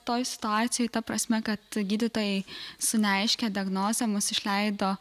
toj situacijoj ta prasme kad gydytojai su neaiškia diagnoze mus išleido